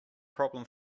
problem